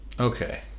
Okay